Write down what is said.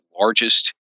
largest